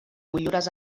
motllures